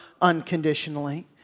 unconditionally